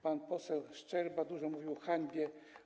Pan poseł Szczerba dużo mówił o hańbie.